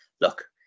look